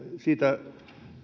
siitä